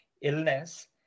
illness